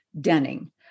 Denning